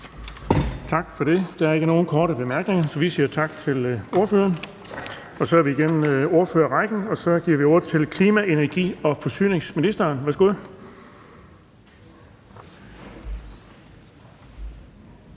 Bonnesen): Der er ikke nogen korte bemærkninger, så vi siger tak til ordføreren. Så er vi igennem ordførerrækken og giver ordet til klima-, energi- og forsyningsministeren. Værsgo.